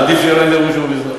עדיף שלא נדע שהוא במזנון,